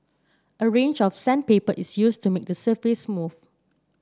a range of sandpaper is used to make the surface smooth